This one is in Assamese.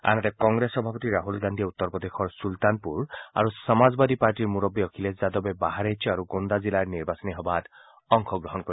আনহাতে কংগ্ৰেছ সভাপতি ৰাহুল গান্ধীয়ে উত্তৰ প্ৰদেশৰ ছুলতানপুৰ আৰু সমাজবাদী পাৰ্টীৰ মুৰববী অখিলেশ যাদৱে বাহৰেইচ আৰু গোন্দা জিলাৰ নিৰ্বাচনী সভাত অংশগ্ৰহণ কৰিব